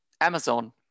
Amazon